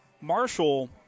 Marshall